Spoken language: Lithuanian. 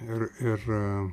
ir ir